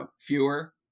fewer